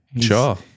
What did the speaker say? Sure